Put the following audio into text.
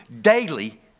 daily